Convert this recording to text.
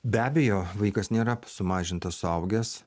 be abejo vaikas nėra sumažintas suaugęs